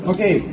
Okay